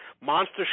monster